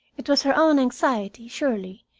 it was her own anxiety, surely,